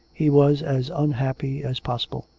he was as unhappy as possible.